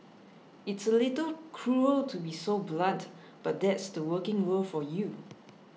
it's a little cruel to be so blunt but that's the working world for you